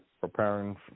preparing